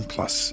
Plus